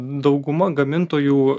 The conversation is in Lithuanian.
dauguma gamintojų